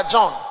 John